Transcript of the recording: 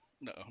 no